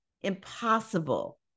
impossible